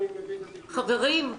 חברים,